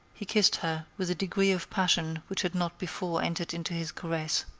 he kissed her with a degree of passion which had not before entered into his caress,